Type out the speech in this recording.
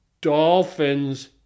dolphins